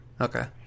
Okay